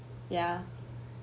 ya